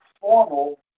formal